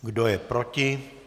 Kdo je proti?